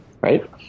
right